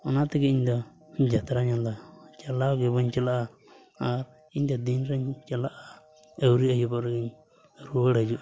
ᱚᱱᱟ ᱛᱮᱜᱮ ᱤᱧ ᱫᱚ ᱡᱟᱛᱛᱨᱟ ᱫᱚ ᱪᱟᱞᱟᱣ ᱜᱮ ᱵᱟᱹᱧ ᱪᱟᱞᱟᱜᱼᱟ ᱟᱨ ᱤᱧ ᱫᱚ ᱫᱤᱱ ᱨᱮᱧ ᱪᱟᱞᱟᱜᱼᱟ ᱟᱹᱣᱨᱤ ᱟᱹᱭᱩᱵ ᱨᱮᱜᱮᱧ ᱨᱩᱣᱟᱹᱲ ᱦᱤᱡᱩᱜᱼᱟ